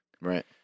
Right